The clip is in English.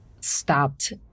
stopped